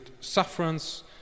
sufferance